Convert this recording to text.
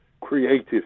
creative